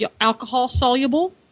alcohol-soluble